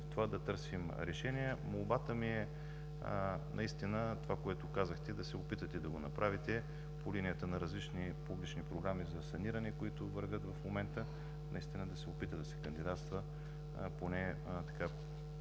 волейбол ще търсим решения. Молбата ми е това, което казахте, да се опитате да го направите по линията на различни публични програми за саниране, които вървят в момента. Да се опита да се кандидатства поне